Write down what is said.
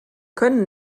können